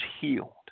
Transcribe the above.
healed